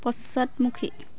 পশ্চাদমুখী